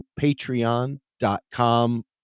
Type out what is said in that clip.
patreon.com